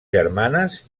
germanes